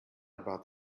about